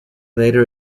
later